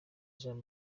jean